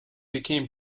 became